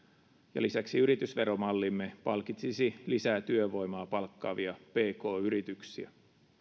ja lisäksi yritysveromallimme palkitsisi lisää työvoimaa palkkaavia pk yrityksiä